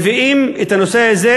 מביאים את הנושא הזה,